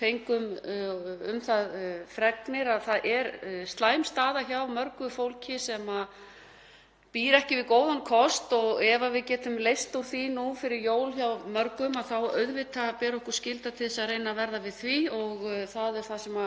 fengum um það fregnir að það er slæm staða hjá mörgu fólki sem býr ekki við góðan kost og ef við getum leyst úr því nú fyrir jól hjá mörgum þá ber okkur auðvitað skylda til þess að reyna að verða við því. Það er það sem